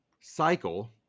cycle